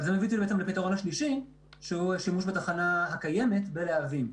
אבל זה מביא לפתרון השלישי שהוא שימוש בתחנה הקיימת בלהבים.